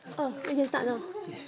oh we can start now